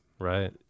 Right